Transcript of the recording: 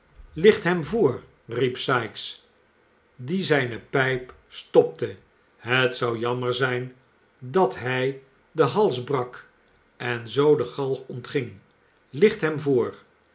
licht hem voor riep sikes die zijne pijp stopte het zou jammer zijn dat hij den hals brak en zoo de galg ontging licht hem voor